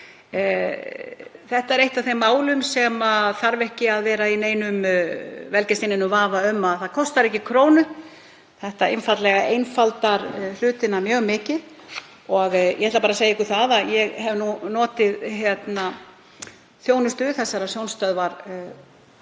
Þetta er eitt af þeim málum þar sem þarf ekki að velkjast í neinum vafa um að það kostar ekki krónu. Þetta einfaldlega einfaldar hlutina mjög mikið. Ég ætla bara að segja ykkur það að ég hef notið þjónustu þessarar miðstöðvar